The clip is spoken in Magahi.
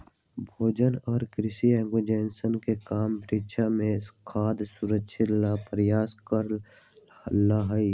भोजन और कृषि ऑर्गेनाइजेशन के काम विश्व में खाद्य सुरक्षा ला प्रयास करे ला हई